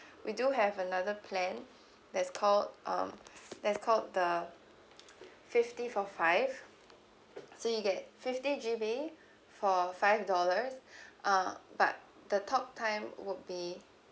we do have another plan that's called um that's called the fifty for five so you get fifty G_B for five dollars uh but the talk time would be